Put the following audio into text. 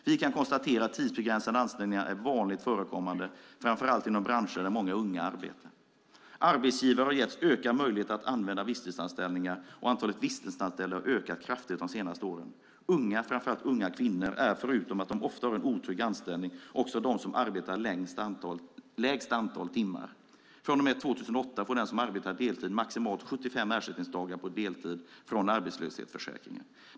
Vi kan konstatera att tidsbegränsade anställningar är vanligt förekommande, framför allt inom branscher där många unga arbetar. Arbetsgivare har getts ökad möjlighet att använda visstidsanställningar, och antalet visstidsanställda har ökat kraftigt de senaste åren. Unga, framför allt unga kvinnor, är förutom att de ofta har en otrygg anställning de som jobbar lägst antal timmar. Från och med 2008 får de som arbetar deltid maximalt 75 ersättningsdagar från arbetslöshetsförsäkringen.